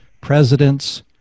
presidents